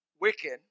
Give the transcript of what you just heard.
wicked